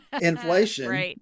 inflation